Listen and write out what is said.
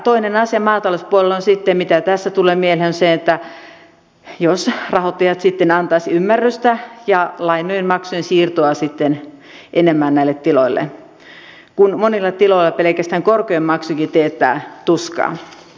toinen asia maatalouspuolella mitä tässä tulee mieleen on se että jos rahoittajat sitten antaisivat ymmärrystä ja lainojen maksujen siirtoa enemmän näille tiloille kun monilla tiloilla pelkästään korkojen maksukin teettää tuskaa